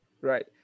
right